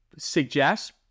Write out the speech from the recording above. suggest